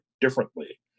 differently